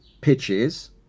pitches